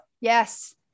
Yes